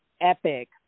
epic